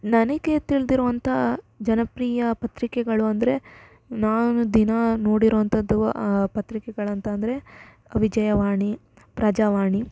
ನನಗೆ ತಿಳಿದಿರುವಂಥ ಜನಪ್ರಿಯ ಪತ್ರಿಕೆಗಳು ಅಂದರೆ ನಾನು ದಿನಾ ನೋಡಿರುವಂಥದ್ದು ಪತ್ರಿಕೆಗಳಂತಂದರೆ ವಿಜಯವಾಣಿ ಪ್ರಜಾವಾಣಿ